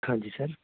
ਹਾਂਜੀ ਸਰ